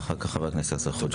ואחר כך חבר הכנסת חוג'יראת.